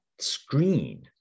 screen